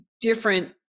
different